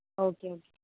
okay